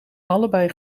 allebei